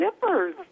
zippers